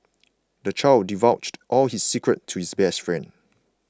the child divulged all his secrets to his best friend